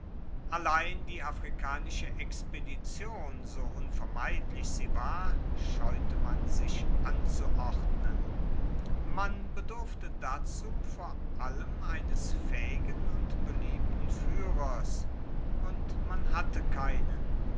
allein die afrikanische expedition so unvermeidlich sie war scheute man sich anzuordnen man bedurfte dazu vor allem eines faehigen und beliebten fuehrers und man hatte keinen